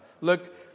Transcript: Look